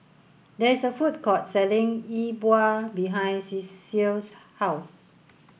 there is a food court selling E Bua behind Ceil's house